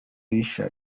rishya